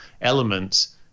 elements